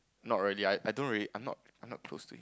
not really I I don't really I'm not I'm not close to him